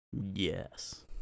Yes